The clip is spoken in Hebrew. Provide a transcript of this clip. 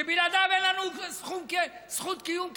שבלעדיהם אין לנו זכות קיום כצבא,